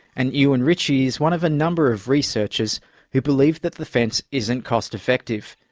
and euan ritchie is one of a number of researchers who believe that the fence isn't cost effective.